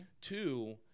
Two –